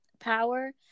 Power